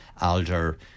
alder